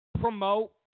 promote